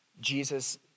Jesus